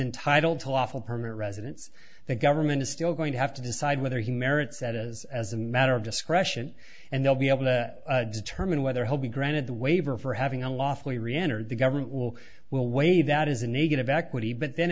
entitled to lawful permanent residence the government is still going to have to decide whether he merits that as as a matter of discretion and they'll be able to determine whether he'll be granted the waiver for having a lawful reenter the government will waive that as a negative equity but then